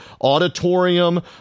auditorium